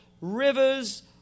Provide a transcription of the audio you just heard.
rivers